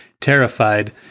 Terrified